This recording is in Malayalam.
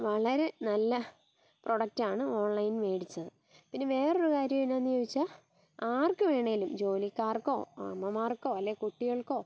വളരെ നല്ല പ്രോഡക്റ്റാണ് ഓൺലൈൻ മേടിച്ചത് പിന്നെ വേറൊരു കാര്യം എന്നാന്ന് ചോദിച്ചാൽ ആർക്ക് വേണേലും ജോലിക്കാർക്കോ അമ്മമാർക്കോ അല്ലേ കുട്ടികൾക്കോ